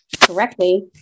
correctly